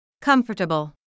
Comfortable